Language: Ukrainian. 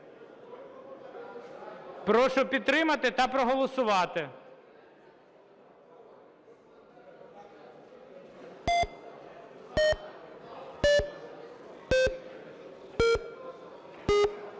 Прошу підтримати та проголосувати.